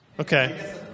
Okay